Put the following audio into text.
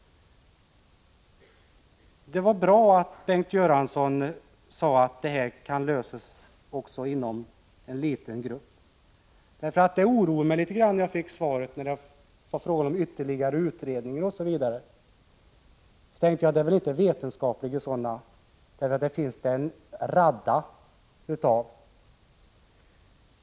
Det var bra att Bengt Göransson sade att det här problemet kan lösas även inom en liten grupp. När jag fick svaret blev jag litet oroad över de ytterligare utredningar som det talas om. Det är väl inte fråga om vetenskapliga utredningar — sådana finns det en radda av.